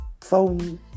phone